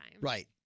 Right